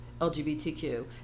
LGBTQ